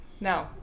No